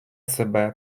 себе